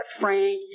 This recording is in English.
Frank